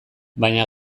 baina